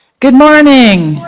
good morning.